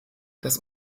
das